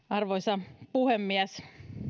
arvoisa puhemies